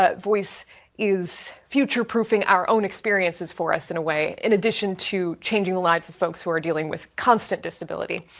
ah voice is future proofing our own experiences for us in a way. in addition to changing the lives of folks who are dealing with constant disability.